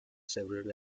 several